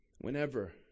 Whenever